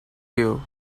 you